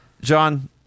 John